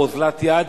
באוזלת יד,